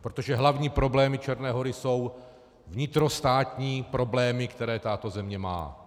Protože hlavní problémy Černé Hory jsou vnitrostátní problémy, které tato země má.